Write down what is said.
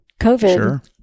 COVID